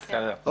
בסדר.